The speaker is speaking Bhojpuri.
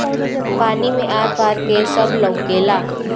पानी मे आर पार के सब लउकेला